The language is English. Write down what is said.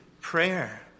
prayer